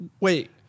Wait